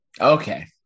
okay